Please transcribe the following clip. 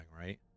right